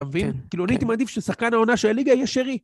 אתה מבין? כאילו אני הייתי מעדיף ששחקן העונה של הליגה יהיה שרי.